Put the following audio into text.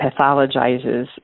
pathologizes